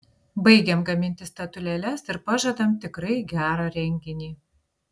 baigiam gaminti statulėles ir pažadam tikrai gerą renginį